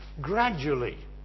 gradually